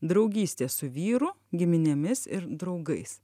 draugystė su vyru giminėmis ir draugais